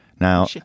Now